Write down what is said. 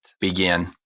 begin